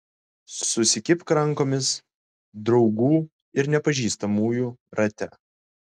susikibk rankomis draugų ir nepažįstamųjų rate